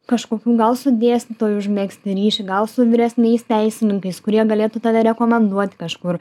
kažkokių gal su dėstytoju užmegzti ryšį gal su vyresniais teisininkais kurie galėtų tave rekomenduoti kažkur